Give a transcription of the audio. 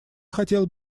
хотела